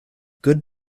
good